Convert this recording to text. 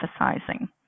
emphasizing